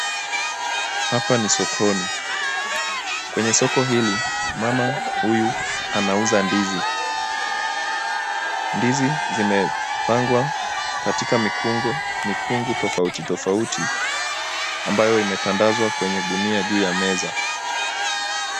Hapa ni sokoni. Kwenye soko hili, mama huyu anauza ndizi. Ndizi zimepangwa katika mikungu tofauti tofauti ambayo imetandazwa kwenye gunia juu ya meza.